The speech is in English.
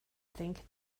think